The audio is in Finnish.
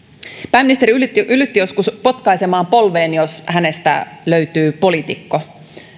pääministeri yllytti joskus potkaisemaan polveen jos hänestä löytyy poliitikko